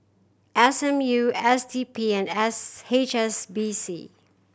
S M U S D P and S H S B C